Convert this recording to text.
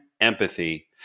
empathy